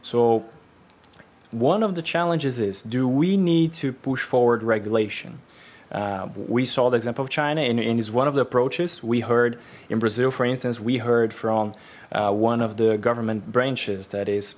so one of the challenges is do we need to push forward regulation we saw the example of china and is one of the approaches we heard in brazil for instance we heard from one of the government branches that is